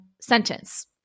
sentence